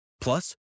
Plus